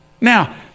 now